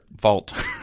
fault